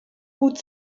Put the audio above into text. gut